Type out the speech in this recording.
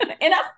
enough